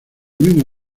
mismo